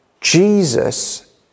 Jesus